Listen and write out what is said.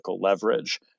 leverage